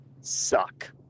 suck